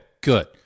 good